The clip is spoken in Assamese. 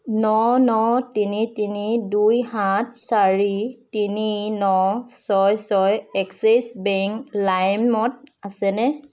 ন ন তিনি তিনি দুই সাত চাৰি তিনি ন ছয় ছয় এক্সিছ বেংক লাইমত আছেনে